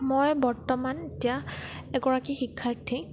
মই বৰ্তমান এতিয়া এগৰাকী শিক্ষাৰ্থী